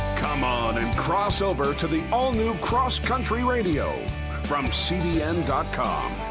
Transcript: come on and cross over to the all-new cross country radio from cbn com.